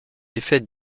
effet